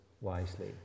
wisely